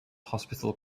hospital